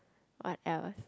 what else